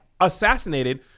Assassinated